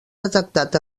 detectat